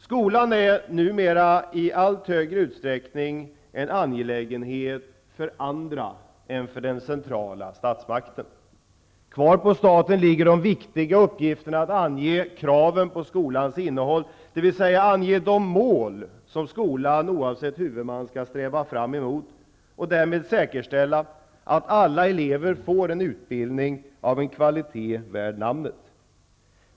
Skolan är numera i allt större utsträckning en angelägenhet för andra än den centrala statsmakten. Kvar på staten ligger de viktiga uppgifterna att ange kraven på skolans innehåll -- dvs. att ange de mål som skolan, oavsett huvudman, skall sträva efter att nå för att därmed säkerställa att alla elever får en utbildning av en kvalitet värd namnet.